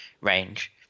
range